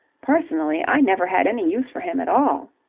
personally, i never had any use for him at all.